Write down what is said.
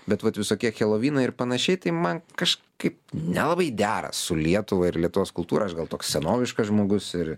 bet vat visokie helovynai ir panašiai tai man kažkaip nelabai dera su lietuva ir lietuvos kultūra aš gal toks senoviškas žmogus ir